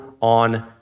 on